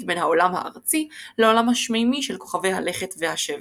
בין העולם הארצי לעולם השמיימי של כוכבי הלכת והשבת.